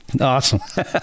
Awesome